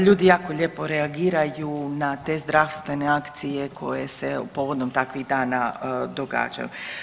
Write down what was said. Ljudi jako lijepo reagiraju na te zdravstvene akcije koje se povodom takvih dana događaju.